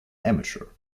amateur